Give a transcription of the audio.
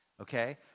okay